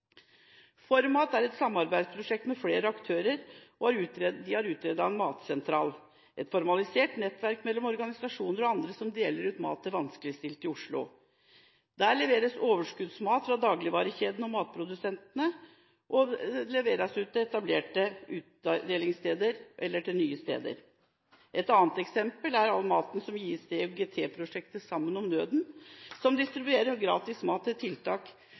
ForMat, et samarbeidsprosjekt med flere aktører, har utredet en matsentral – et formalisert nettverk mellom organisasjoner og andre som deler ut mat til vanskeligstilte i Oslo. Der leveres overskuddsmat fra dagligvarekjedene og matprodusentene, og det leveres igjen ut til etablerte utdelingssteder eller til nye steder. Et annet eksempel er all maten som gis til IOGT-prosjektet Sammen om nøden, som distribuerer gratis mat til tiltak